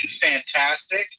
fantastic